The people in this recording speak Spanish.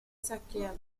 saqueado